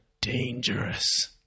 dangerous